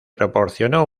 proporcionó